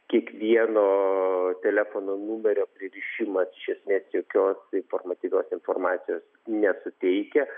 kiekvieno telefono numerio pririšimas iš esmės jokios informatyvios informacijos nesuteikia